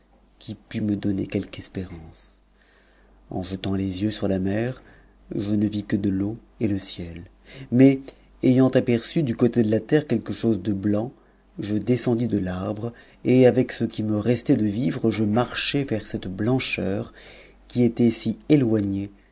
qui pût me donner quelque espérance en jetant les yeux sur la mer je ne vis que de l'eau et le ciel mais ayant aperçu du côté de la terre quelque chose de blanc je descendis de t'arbre et avec ce qui me restait de vivres je marchai vers cette blancheur qui était si éloignée